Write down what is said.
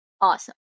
Awesome